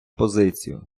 позицію